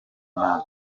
nabi